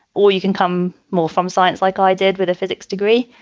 or you can come more from science like i did with a physics degree.